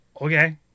okay